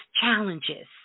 challenges